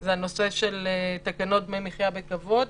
זה הנושא של תקנות דמי מחייה בכבוד.